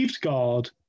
God